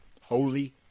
Holy